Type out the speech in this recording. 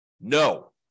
no